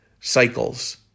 cycles